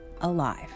alive